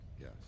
Yes